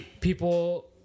people